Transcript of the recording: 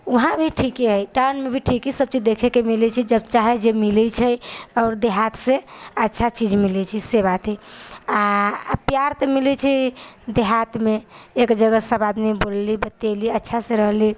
उहाँ भी ठीके हइ टाउनमे भी ठीके कि सब चीज देखैके मिलै छै कि जब चाहे जे मिलै छै आओर देहातसँ अच्छा चीज मिलै छै से बात हइ आओर प्यार तऽ मिलै छै देहातमे एक जगह सब आदमी मिलली बतिएली अच्छासँ रहली